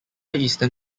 eastern